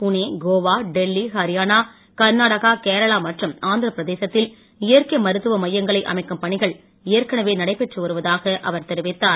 புனே கோவா டெல்லி ஹரியானா கர்நாடகா கேரளா மற்றும் ஆந்திரப் பிரதேசத்தில் இயற்கை மருத்துவ மையங்களை அமைக்கும் பணிகள் ஏற்கனவே நடைபெற்று வருவதாக அவர் தெரிவித்தார்